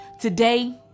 Today